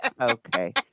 Okay